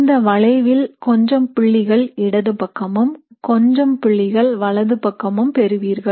இந்த வளைவில் கொஞ்சம் புள்ளிகள் இடது பக்கமும் கொஞ்சம் புள்ளிகள் வலது பக்கமும் பெறுவீர்கள்